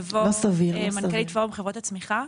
מנכ"לית פורום חברות הצמיחה.